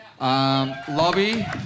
Lobby